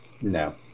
No